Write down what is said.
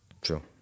True